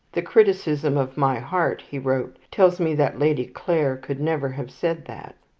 the criticism of my heart, he wrote, tells me that lady clare could never have said that.